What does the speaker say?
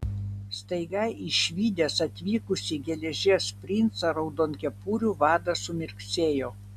staiga išvydęs atvykusį geležies princą raudonkepurių vadas sumirksėjo